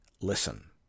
listen